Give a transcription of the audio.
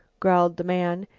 growled the man,